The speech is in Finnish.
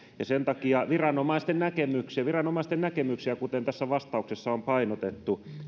sen takia viranomaisten näkemyksiä viranomaisten näkemyksiä kuten tässä vastauksessa on painotettu